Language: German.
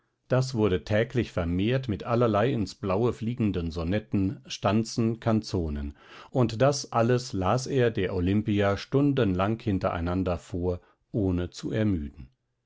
das wurde täglich vermehrt mit allerlei ins blaue fliegenden sonetten stanzen kanzonen und das alles las er der olimpia stundenlang hintereinander vor ohne zu ermüden